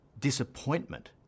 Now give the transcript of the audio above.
disappointment